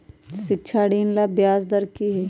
शिक्षा ऋण ला ब्याज दर कि हई?